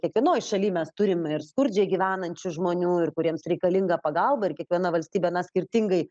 kiekvienoj šaly mes turime ir skurdžiai gyvenančių žmonių ir kuriems reikalinga pagalba ir kiekviena valstybė na skirtingai